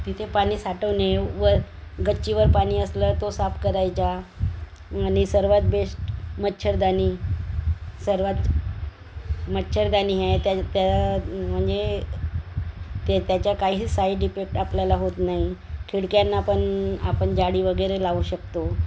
तिथे पाणी साठवणे वर गच्चीवर पाणी असलं ते साफ करायचा आणि सर्वात बेस्ट मच्छरदाणी सर्वात मच्छरदाणी आहे त्या त्या म्हणजे ते त्याच्या काही साईड इफेक्ट आपल्याला होत नाही खिडक्यांना पण आपण जाळी वगैरे लावू शकतो